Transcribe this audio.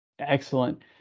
Excellent